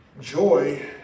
Joy